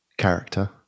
character